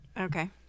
Okay